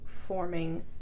forming